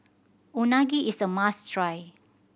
unagi is a must try